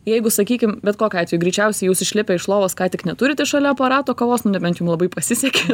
jeigu sakykim bet kokiu atveju greičiausiai jūs išlipę iš lovos ką tik neturite šalia aparato kavos nu nebent jum labai pasisekė